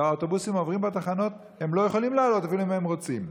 והאוטובוסים העוברים בתחנות לא יכולים להעלות אפילו אם הם רוצים.